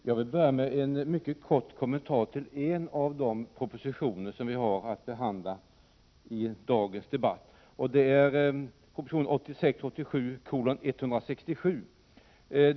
Herr talman! Jag vill börja med en mycket kort kommentar till en av de propositioner som vi har att behandla i dagens debatt, nämligen prop. 1986/87:167.